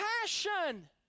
passion